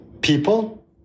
People